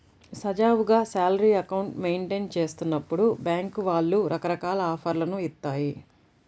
సజావుగా salary account maintain చేస్తున్నప్పుడు బ్యేంకుల వాళ్ళు రకరకాల ఆఫర్లను ఇత్తాయి